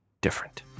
different